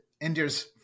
india's